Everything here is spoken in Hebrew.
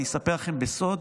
אני אספר לכם בסוד,